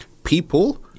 People